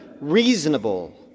reasonable